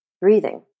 breathing